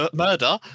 murder